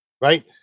right